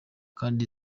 kandi